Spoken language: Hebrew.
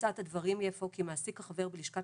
תוצאת הדברים היא אפוא כי מעסיק החבר בלשכת